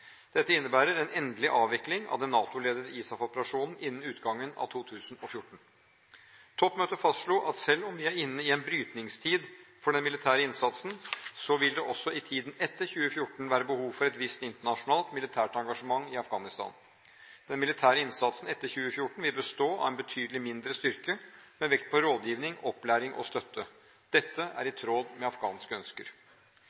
Dette innebærer en endelig avvikling av den NATO-ledede ISAF-operasjonen innen utgangen av 2014. Toppmøtet fastslo at selv om vi er inne i en brytningstid for den militære innsatsen, vil det også i tiden etter 2014 være behov for et visst internasjonalt militært engasjement i Afghanistan. Den militære innsatsen etter 2014 vil bestå av en betydelig mindre styrke, med vekt på rådgivning, opplæring og støtte. Dette er